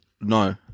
No